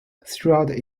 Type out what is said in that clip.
throughout